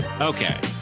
Okay